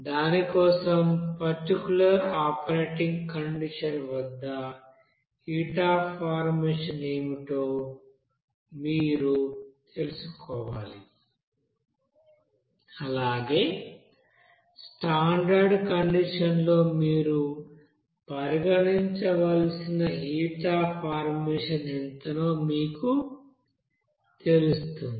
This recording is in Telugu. దాని కోసం పర్టిక్యూలర్ ఆపరేటింగ్ కండిషన్ వద్ద హీట్ అఫ్ ఫార్మేషన్ ఏమిటో మీరు తెలుసుకోవాలి అలాగే స్టాండర్డ్ కండిషన్ లో మీరు పరిగణించవలసిన హీట్ అఫ్ ఫార్మేషన్ ఎంతనో మీకు తెలుస్తుంది